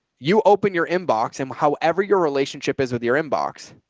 you open your inbox and however, your relationship is with your inbox.